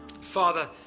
Father